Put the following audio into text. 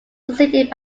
succeeded